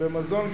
ומזון,